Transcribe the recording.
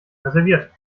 reserviert